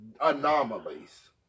anomalies